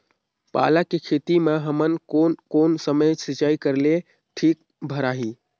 पाला के खेती मां हमन कोन कोन समय सिंचाई करेले ठीक भराही?